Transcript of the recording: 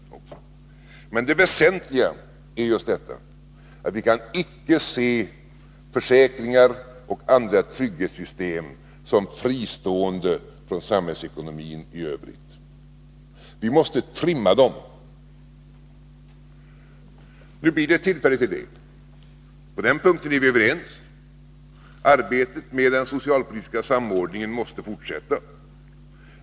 Men det väsentliga är just att vi inser att vi icke kan se försäkringar och andra trygghetssystem som fristående från samhällsekonomin i övrigt. Vi måste trimma dem. Nu blir det tillfälle till det. På den punkten är vi överens. Arbetet med den socialpolitiska samordningen måste fortsätta.